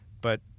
But-